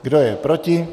Kdo je proti?